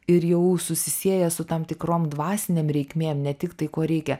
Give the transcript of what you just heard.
ir jau susisieja su tam tikrom dvasinėm reikmėm ne tik tai ko reikia